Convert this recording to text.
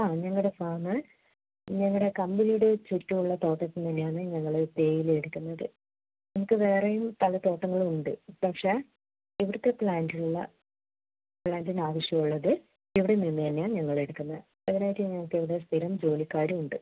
ആ ഞങ്ങളുടെ ഫാം ഞങ്ങളുടെ കമ്പനിയുടെ ചുറ്റുമുള്ള തോട്ടത്തിൽ തന്നെയാണ് ഞങ്ങൾ തേയില എടുക്കുന്നത് ഞങ്ങൾക്ക് വേറെയും പല തോട്ടങ്ങളുണ്ട് പക്ഷേ ഇവിടുത്തെ പ്ലാന്റിലുള്ള പ്ലാന്റിനാവശ്യമുള്ളത് ഇവിടെ നിന്ന് തന്നെയാണ് ഞങ്ങളെടുക്കുന്നത് ഇതിനായിട്ട് ഞങ്ങൾക്കിവിടെ സ്ഥിരം ജോലിക്കാരും ഉണ്ട്